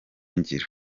ngiro